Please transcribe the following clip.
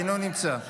אינו נמצא,